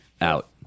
out